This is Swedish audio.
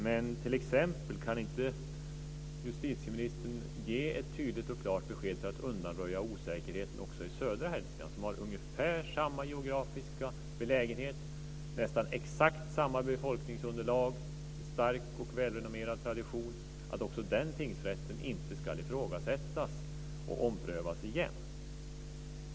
Kan justitieministern t.ex. inte ge ett tydligt och klart besked för att undanröja osäkerheten också i södra Hälsingland, som har ungefär samma geografiska belägenhet, nästan exakt samma befolkningsunderlag och en stark och välrenommerad tradition, så att inte också den tingsrätten ska ifrågasättas och omprövas igen?